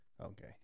Okay